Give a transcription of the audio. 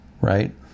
right